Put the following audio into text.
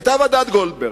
היתה ועדת-גולדברג.